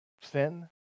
sin